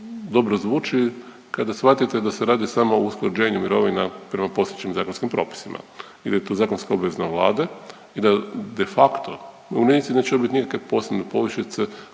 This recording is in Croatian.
dobro zvuči kada shvatite da se radi samo o usklađenju mirovina prema postojećim zakonskim propisima ili je to zakonska obveza Vlade i da de facto umirovljenici neće dobiti nikakve posebne povišice